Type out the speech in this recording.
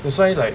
that's why like